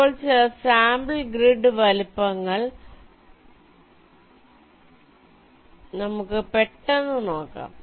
ഇപ്പോൾ ചില sample grid വലുപ്പങ്ങൾ നമുക്ക് പെട്ടെന്ന് നോക്കാം